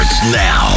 Now